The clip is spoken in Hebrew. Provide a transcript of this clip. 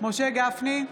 משה גפני,